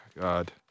God